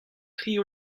tri